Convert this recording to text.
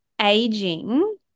aging